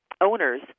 owners